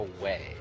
away